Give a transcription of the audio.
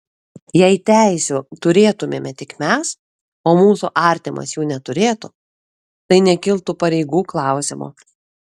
jei teisių turėtumėme tik mes o mūsų artimas jų neturėtų tai nekiltų pareigų klausimo